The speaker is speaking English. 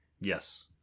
Yes